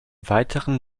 weiteren